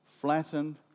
flattened